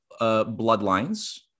bloodlines